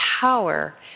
power